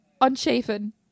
unshaven